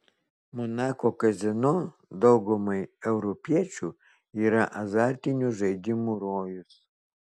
monako kazino daugumai europiečių yra azartinių žaidimų rojus